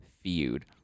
feud